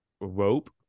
rope